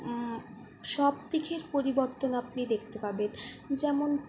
সব দিকের পরিবর্তন আপনি দেখতে পাবেন যেমন